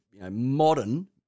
modern